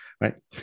Right